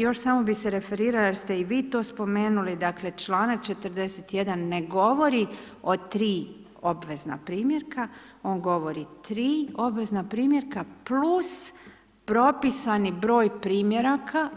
Još samo bi se referirala jer ste i vi to spomenuli, dakle, članak 41. ne govori o 3 obvezna primjerka, on govori 3 obvezna primjerka plus propisani broj primjeraka